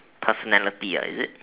personality ah is it